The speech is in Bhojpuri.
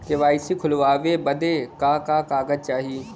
के.वाइ.सी खोलवावे बदे का का कागज चाही?